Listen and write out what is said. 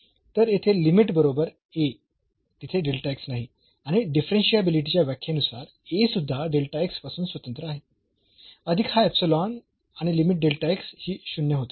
तर येथे लिमिट बरोबर A तिथे नाही आणि डिफरन्शियाबिलिटी च्या व्याख्येनुसार A सुद्धा पासून स्वतंत्र आहे अधिक हा आणि लिमिट ही 0 होते